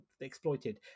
exploited